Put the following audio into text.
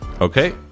Okay